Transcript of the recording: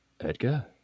Edgar